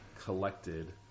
collected